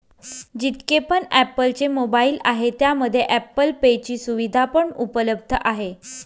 जितके पण ॲप्पल चे मोबाईल आहे त्यामध्ये ॲप्पल पे ची सुविधा पण उपलब्ध आहे